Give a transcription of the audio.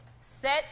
Set